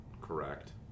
Correct